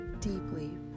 deeply